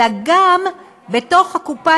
אלא גם בתוך הקופה,